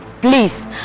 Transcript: Please